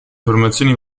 formazioni